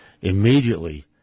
immediately